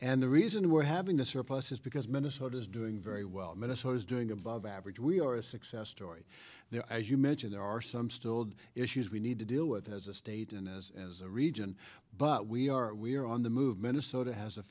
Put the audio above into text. and the reason we're having this or plus is because minnesota is doing very well minnesota's doing above average we are a success story there as you mentioned there are some still issues we need to deal with as a state and as as a region but we are we are on the move minnesota has a